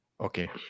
Okay